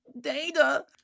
data